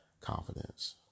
confidence